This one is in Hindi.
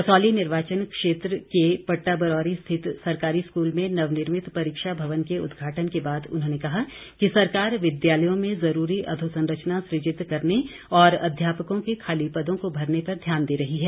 कसौली निर्वाचन क्षेत्र के पट्टाबरौरी स्थित सरकारी स्कूल में नवनिर्मित परीक्षा भवन के उदघाटन के बाद उन्होंने कहा कि सरकार विद्यालयों में जरूरी अधोसंरचना सुजित करने और अध्यापकों के खाली पदों को भरने पर ध्यान दे रही है